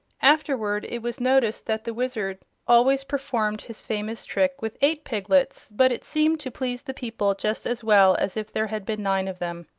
afterward it was noticed that the wizard always performed his famous trick with eight piglets, but it seemed to please the people just as well as if there had been nine of them.